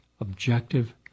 objective